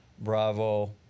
bravo